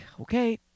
okay